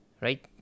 right